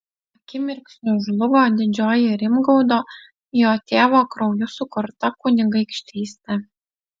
akimirksniu žlugo didžioji rimgaudo jo tėvo krauju sukurta kunigaikštystė